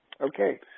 Okay